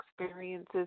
experiences